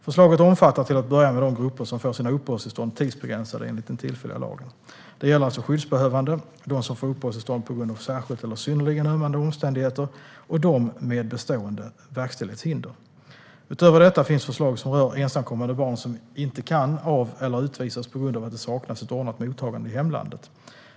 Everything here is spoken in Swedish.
Förslaget omfattar till att börja med de grupper som får sina uppehållstillstånd tidsbegränsade enligt den tillfälliga lagen. Det gäller alltså skyddsbehövande, de som får uppehållstillstånd på grund av särskilt eller synnerligen ömmande omständigheter och de med bestående verkställighetshinder. Utöver detta finns förslag som rör ensamkommande barn som inte kan av eller utvisas på grund av att det saknas ett ordnat mottagande i hemlandet.